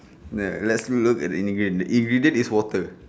ya let's look at the ingredient ingredient is water